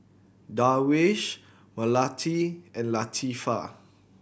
Darwish Melati and Latifa